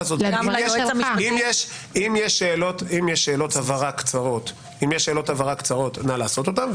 אם יש שאלות הבהרה קצרות, נא לעשות אותן.